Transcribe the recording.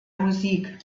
musik